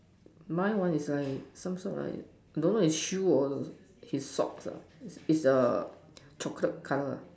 my one is like some sort right don't know is shoe or his socks lah is the chocolate color lah